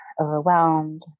overwhelmed